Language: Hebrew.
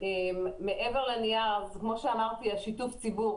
מעבר לנייר כמו שאמרתי על שיתוף הציבור: